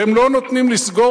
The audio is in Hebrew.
אתם לא נותנים את המרפסות?